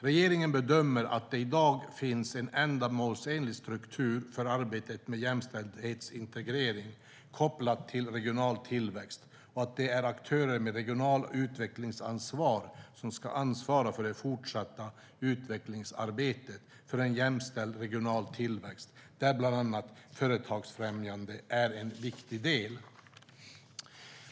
Regeringen bedömer att det i dag finns en ändamålsenlig struktur för arbetet med jämställdhetsintegrering kopplat till regional tillväxt och att det är aktörer med regionalt utvecklingsansvar som ska ansvara för det fortsatta utvecklingsarbetet för en jämställd regional tillväxt, där bland annat företagsfrämjande är en viktig del.